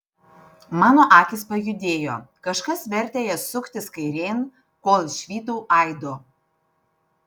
mano akys pajudėjo kažkas vertė jas suktis kairėn kol išvydau aido